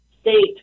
state